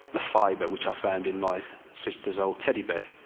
a fiber, which i found in my sister's old teddy bear.